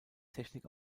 technik